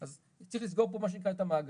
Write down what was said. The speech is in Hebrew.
אז צריך לסגור פה מה שנקרא את המעגל.